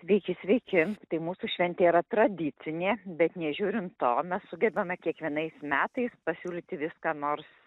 visi sveiki tai mūsų šventė yra tradicinė bet nežiūrint to mes sugebame kiekvienais metais pasiūlyti vis ką nors